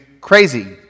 crazy